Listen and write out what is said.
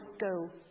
go